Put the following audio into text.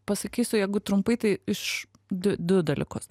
pasakysiu jeigu trumpai tai iš du du dalykus